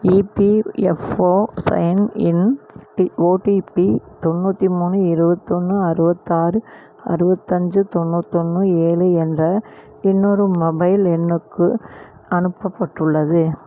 EPFO sign in OTP தொண்ணூற்றி மூணு இருபத்தொன்னு அறுபத்தாறு அறுபத்தஞ்சு தொண்ணூத்தொன்று ஏழு என்ற இன்னொரு மொபைல் எண்ணுக்கு அனுப்பப்பட்டுள்ளது